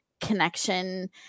connection